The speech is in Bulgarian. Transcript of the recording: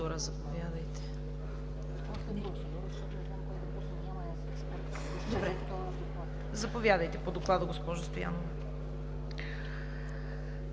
Заповядайте по доклада, госпожо Стоянова.